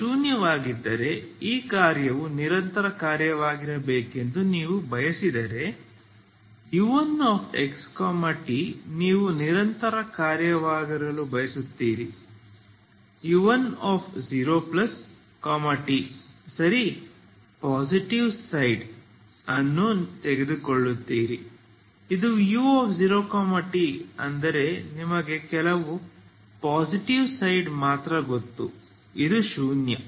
ಇದು ಶೂನ್ಯವಾಗಿದ್ದರೆ ಈ ಕಾರ್ಯವು ನಿರಂತರ ಕಾರ್ಯವಾಗಬೇಕೆಂದು ನೀವು ಬಯಸಿದರೆ u1xt ನೀವು ನಿರಂತರ ಕಾರ್ಯವಾಗಿರಲು ಬಯಸುತ್ತೀರಿ u10t ಸರಿ ಪಾಸಿಟಿವ್ ಸೈಡ್ ಅನ್ನು ನೀವು ತೆಗೆದುಕೊಳ್ಳುತ್ತೀರಿ ಇದು u0t ಅಂದರೆ ನಿಮಗೆ ಕೇವಲ ಪಾಸಿಟಿವ್ ಸೈಡ್ ಮಾತ್ರ ಗೊತ್ತು ಇದು ಶೂನ್ಯ